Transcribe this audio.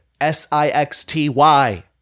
S-I-X-T-Y